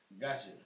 Gotcha